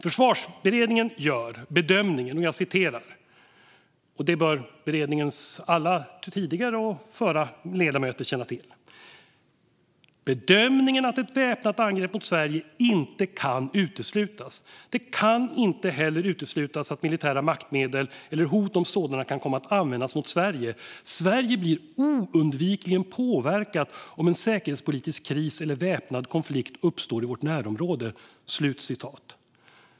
Försvarsberedningen gör följande bedömning - vilket beredningens alla ledamöter, tidigare som nuvarande, bör känna till: "Ett väpnat angrepp mot Sverige kan inte uteslutas. Det kan inte heller uteslutas att militära maktmedel eller hot om sådana kan komma att användas mot Sverige. Sverige blir oundvikligen påverkat om en säkerhetspolitisk kris eller väpnad konflikt uppstår i vårt närområde."